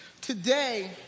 Today